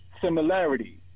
similarity